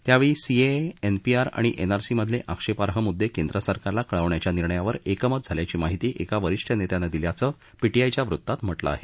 त्यावेळी CAA NPR आणि एनआरसीमधले आक्षेपाई मुद्दे केंद्र सरकारला कळवण्याच्या निर्णयावर एकमत झाल्याची माहिती एका वरिष्ठ नेत्यानं दिल्याचं पीटीआयच्या वृत्तात म्हटलं आहे